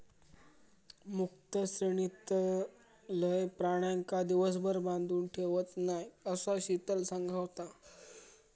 मुक्त श्रेणीतलय प्राण्यांका दिवसभर बांधून ठेवत नाय, असा शीतल सांगा होता